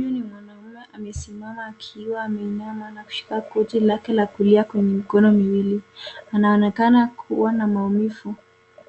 Huyu ni mwanaume amesimama akiwa ameinama akishika goti lake la kulia kwa mikono yake miwili. Anaonekana kuwa na maumivu